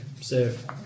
safe